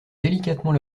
délicatement